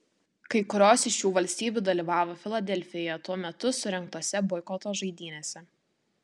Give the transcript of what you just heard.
kai kurios iš šių valstybių dalyvavo filadelfijoje tuo metu surengtose boikoto žaidynėse